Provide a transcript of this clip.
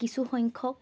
কিছু সংখ্যক